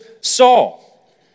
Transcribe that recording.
Saul